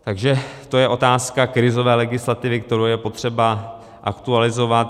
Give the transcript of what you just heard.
Takže to je otázka krizové legislativy, kterou je potřeba aktualizovat.